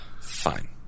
Fine